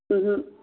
ओहो